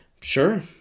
Sure